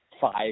five